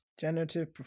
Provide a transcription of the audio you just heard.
generative